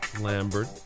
Lambert